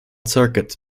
circuit